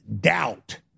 doubt